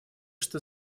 что